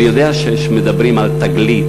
אני יודע שמדברים על "תגלית".